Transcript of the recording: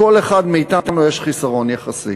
לכל אחד מאתנו יש חיסרון יחסי,